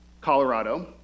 Colorado